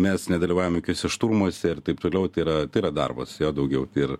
mes nedalyvaujam jokiuose šturmuose ir taip toliau tai yra tai yra darbas jo daugiau ir